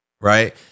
right